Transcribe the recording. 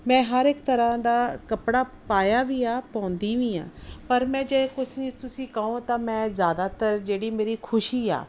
ਮੈਂ ਹਰ ਇੱਕ ਤਰ੍ਹਾਂ ਦਾ ਕੱਪੜਾ ਪਾਇਆ ਵੀ ਆ ਪਾਉਂਦੀ ਵੀ ਹਾਂ ਪਰ ਮੈਂ ਜੇ ਕੁਛ ਚੀਜ਼ ਤੁਸੀਂ ਕਹੋ ਤਾਂ ਮੈਂ ਜ਼ਿਆਦਾਤਰ ਜਿਹੜੀ ਮੇਰੀ ਖੁਸ਼ੀ ਆ